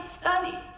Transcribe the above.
study